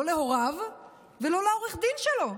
לא להוריו ולא לעורך דין שלו.